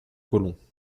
colons